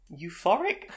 euphoric